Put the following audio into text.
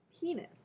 penis